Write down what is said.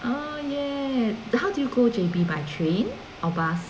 ah yes how do you go J_B by train or bus